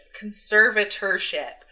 conservatorship